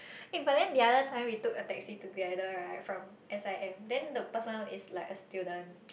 eh but then the other time we took a taxi together right from S_I_M then the person is like a student